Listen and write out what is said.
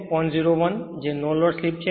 01 છે જે નો લોડ સ્લિપ છે